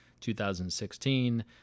2016